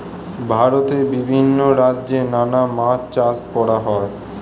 ভারতে বিভিন্ন রাজ্যে নানা মাছ চাষ করা হয়